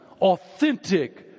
authentic